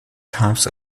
types